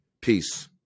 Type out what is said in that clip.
Peace